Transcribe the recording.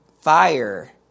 fire